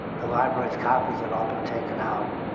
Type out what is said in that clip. the library's copies had all been taken out.